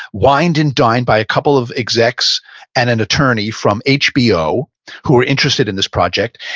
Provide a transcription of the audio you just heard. wined and dined by a couple of execs and an attorney from hbo who were interested in this project,